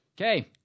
Okay